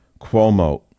Cuomo